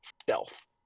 stealth